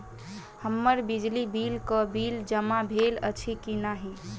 हम्मर बिजली कऽ बिल जमा भेल अछि की नहि?